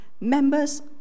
members